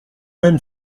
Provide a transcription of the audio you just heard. même